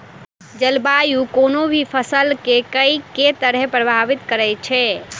जलवायु कोनो भी फसल केँ के तरहे प्रभावित करै छै?